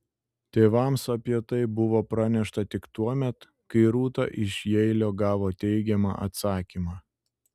tėvams apie tai buvo pranešta tik tuomet kai rūta iš jeilio gavo teigiamą atsakymą